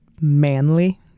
manly